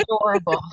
adorable